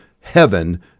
heaven